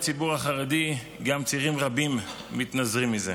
בציבור החרדי גם צעירים רבים מתנזרים מזה.